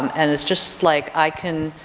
um and it's just like i can,